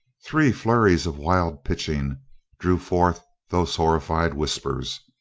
three flurries of wild pitching drew forth those horrified whispers.